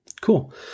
Cool